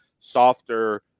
Softer